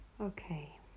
Okay